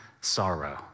sorrow